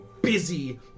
Busy